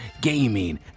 gaming